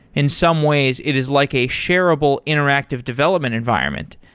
in some ways, it is like a sharable interactive development environment.